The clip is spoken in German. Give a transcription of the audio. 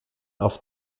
auf